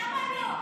למה לא?